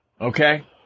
Okay